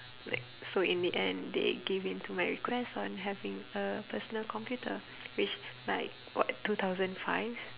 like so in the end they give in to my request on having a personal computer which like what two thousand five